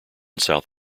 south